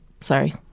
sorry